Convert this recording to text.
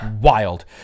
wild